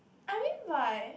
I mean like